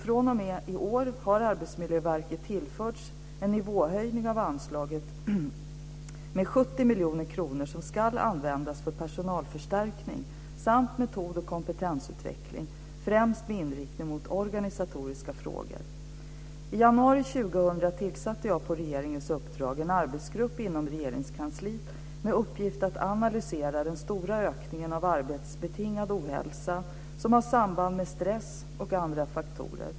fr.o.m. i år har Arbetsmiljöverket tillförts en nivåhöjning av anslaget med 70 miljoner kronor som ska användas för personalförstärkning samt metod och kompetensutveckling, främst med inriktning mot organisatoriska frågor. I januari 2000 tillsatte jag på regeringens uppdrag en arbetsgrupp inom Regeringskansliet med uppgift att analysera den stora ökningen av arbetsbetingad ohälsa som har samband med stress och andra faktorer.